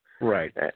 Right